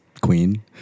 queen